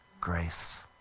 grace